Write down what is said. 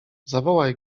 zawołaj